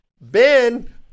ben